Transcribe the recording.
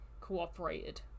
cooperated